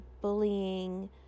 bullying